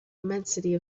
immensity